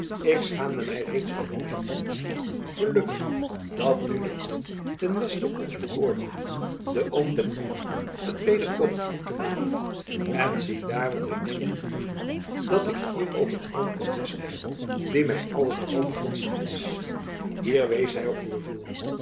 ik schaamde my reeds over mijn ooms gelukkig dat nu de oom ten westen ons beöorloogt de oom ten oosten het weder poogt goed te maken en ziedaar wat my denken doet dat ik hier ook een oom ten westen heb die my alles behalve gunstig is hier wees hy op